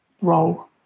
role